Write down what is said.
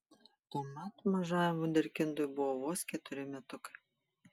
tuomet mažajam vunderkindui buvo vos ketveri metukai